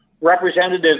representative